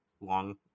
long